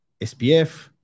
SPF